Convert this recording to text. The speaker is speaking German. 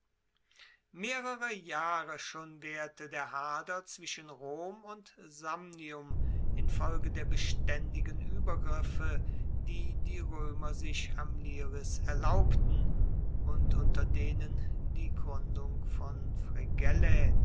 mehrere jahre schon waehrte der hader zwischen rom und samnium infolge der bestaendigen uebergriffe die die roemer sich am liris erlaubten und unter denen die gruendung von